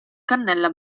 cannella